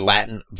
Latin